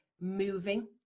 moving